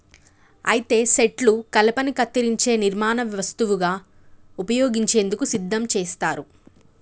అయితే సెట్లు కలపను కత్తిరించే నిర్మాణ వస్తువుగా ఉపయోగించేందుకు సిద్ధం చేస్తారు